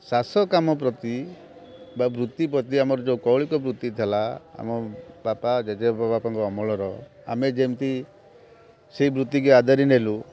ଚାଷ କାମ ପ୍ରତି ବା ବୃତ୍ତି ପ୍ରତି ଆମର ଯେଉଁ କୌଳିକ ବୃତ୍ତି ଥିଲା ଆମ ବାପା ଜେଜେବାପାଙ୍କ ଅମଳର ଆମେ ଯେମିତି ସେ ବୃତ୍ତିକୁ ଆଦରି ନେଲୁ